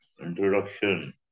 introduction